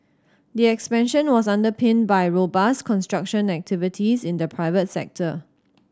the expansion was underpinned by robust construction activities in the private sector